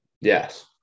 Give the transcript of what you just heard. Yes